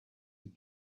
you